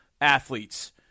athletes